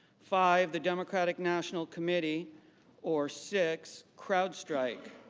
five, the democratic national committee or six crown strike.